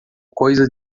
coisa